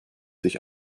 sich